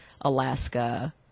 Alaska